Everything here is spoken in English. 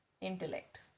intellect